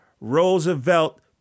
Roosevelt